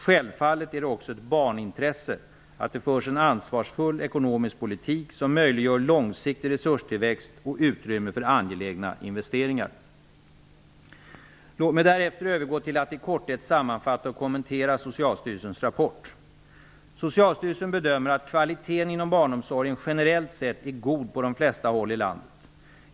Självfallet är det också ett barnintresse att det förs en ansvarsfull ekonomisk politik som möjliggör långsiktig resurstillväxt och utrymme för angelägna investeringar. Låt mig därefter övergå till att i korthet sammanfatta och kommentera Socialstyrelsens rapport. Socialstyrelsen bedömer att kvaliteten inom barnomsorgen generellt sett är god på de flesta håll i landet.